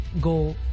go